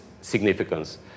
significance